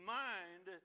mind